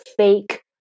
fake